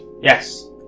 Yes